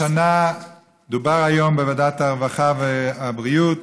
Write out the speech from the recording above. השנה, דובר היום בוועדת הרווחה והבריאות